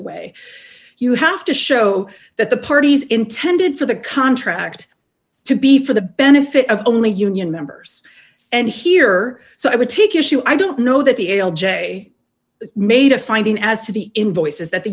away you have to show that the parties intended for the contract to be for the benefit of only union members and here so i would take issue i don't know that the l j made a finding as to the invoices that the